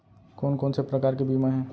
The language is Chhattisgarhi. कोन कोन से प्रकार के बीमा हे?